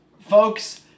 Folks